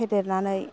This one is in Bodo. फेदेरनानै